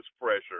pressure